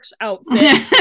outfit